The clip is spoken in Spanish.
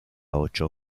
ocho